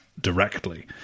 directly